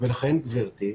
לכן גברתי,